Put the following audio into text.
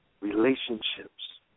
relationships